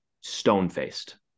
stone-faced